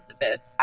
Elizabeth